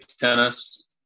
tennis